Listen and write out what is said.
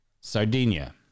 Sardinia